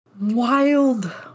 Wild